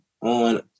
on